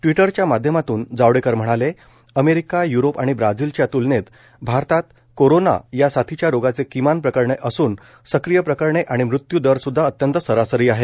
ट्वीटरच्या माध्यमातून जावडेकर म्हणाले अमेरिका य्रोप आणि ब्राझीलच्या तुलनेत भारतात कोरोना या साथीच्या रोगांचे किमान प्रकरणे असून सक्रिय प्रकरणे आणि मृत्यू दर सुद्धा अत्यंत सरासरी आहे